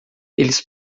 eles